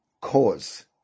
cause